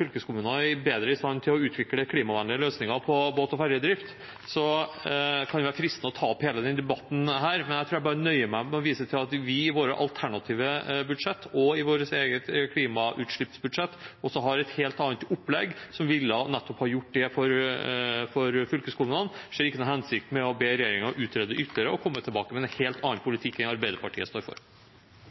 fylkeskommuner bedre i stand til å utvikle klimavennlige løsninger på båt- og ferjedrift, kan det være fristende å ta opp hele den debatten her. Men jeg tror jeg nøyer meg med å vise til at vi i våre alternative budsjetter og i vårt eget klimautslippsbudsjett også har et helt annet opplegg, som nettopp ville ha gjort det for fylkeskommunene. Jeg ser ikke noen hensikt med å be regjeringen utrede ytterligere og komme tilbake med en helt annen politikk enn den Arbeiderpartiet står for.